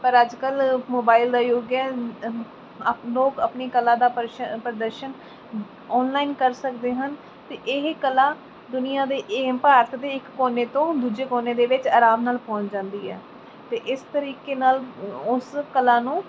ਪਰ ਅੱਜ ਕੱਲ੍ਹ ਮੋਬਾਈਲ ਦਾ ਯੁੱਗ ਹੈ ਅਪ ਲੋਕ ਆਪਣੀ ਕਲਾ ਦਾ ਪ੍ਰਸ਼ ਪ੍ਰਦਰਸ਼ਨ ਓਨਲਾਈਨ ਕਰ ਸਕਦੇ ਹਨ ਅਤੇ ਇਹ ਕਲਾ ਦੁਨੀਆਂ ਦੇ ਏਮ ਭਾਰਤ ਦੇ ਇੱਕ ਕੋਨੇ ਤੋਂ ਦੂਜੇ ਕੋਨੇ ਦੇ ਵਿੱਚ ਆਰਾਮ ਨਾਲ ਪਹੁੰਚ ਜਾਂਦੀ ਹੈ ਅਤੇ ਇਸ ਤਰੀਕੇ ਨਾਲ ਉਸ ਕਲਾ ਨੂੰ